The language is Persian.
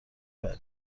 بری